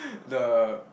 the